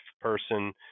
person